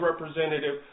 representative